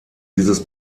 dieses